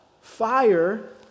Fire